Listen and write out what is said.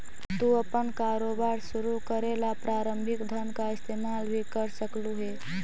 तू अपन कारोबार शुरू करे ला प्रारंभिक धन का इस्तेमाल भी कर सकलू हे